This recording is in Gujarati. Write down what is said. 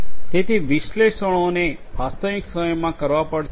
તેથી વિશ્લેષણોને વાસ્તવિક સમયમાં કરવા પડશે